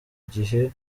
gihe